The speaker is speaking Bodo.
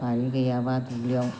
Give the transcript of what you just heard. बारि गैयाब्ला दुब्लियाव